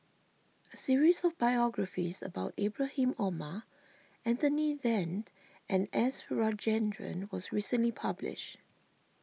a series of biographies about Ibrahim Omar Anthony then and S Rajendran was recently published